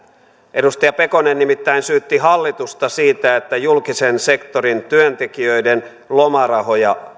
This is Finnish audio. edustaja pekonen nimittäin syytti hallitusta siitä että julkisen sektorin työntekijöiden lomarahoja